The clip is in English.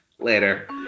Later